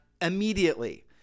immediately